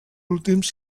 últims